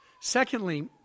Secondly